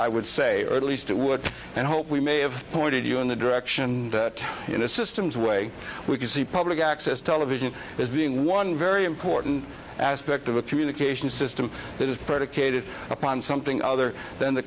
i would say at least it would and hope we may have pointed you in the direction in a systems way we could see public access television as being one very important aspect of a communication system that is predicated upon something other than the